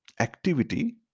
activity